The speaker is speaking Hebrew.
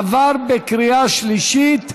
עבר בקריאה שלישית,